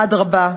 אדרבה,